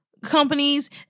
Companies